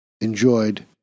enjoyed